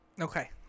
Okay